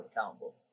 accountable